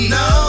no